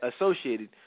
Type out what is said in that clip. Associated